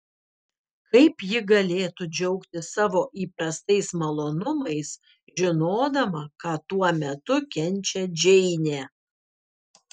kaip ji galėtų džiaugtis savo įprastais malonumais žinodama ką tuo metu kenčia džeinė